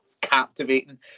captivating